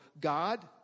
God